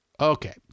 Okay